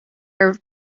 are